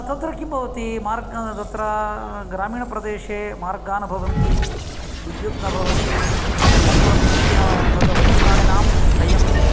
तत्र किं भवति तत्र ग्रामीणप्रदेशे मार्गः न भवन्ति विद्युत् न भवति अनन्तरं कृषि तत्वन्यप्राणिनां भयम्